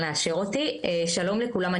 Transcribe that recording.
שלום לכולם,